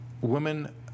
Women